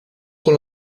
con